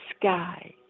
sky